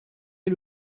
est